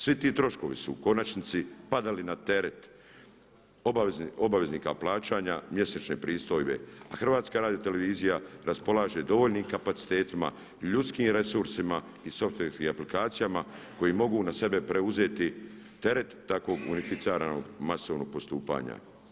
Svi ti troškovi su u konačnici padali na teret obaveznika plaćanja mjesečne pristojbe a HRT raspolaže dovoljnim kapacitetima i ljudskim resursima i aplikacijama kojim mogu na sebe preuzeti teret takvog unificiranog masovnog postupanja.